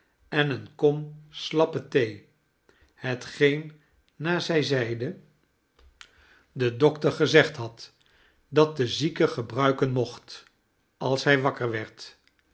en eene kom slappe thee hetgeen naar zij zeide de dokter ipp nelly gezegd had dat de zieke gebruiken mocht als hij wakker werd